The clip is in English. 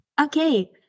Okay